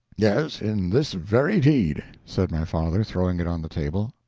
yes in this very deed, said my father, throwing it on the table.